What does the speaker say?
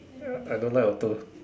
I don't like auto